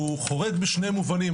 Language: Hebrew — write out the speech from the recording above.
הוא חורג בשני מובנים.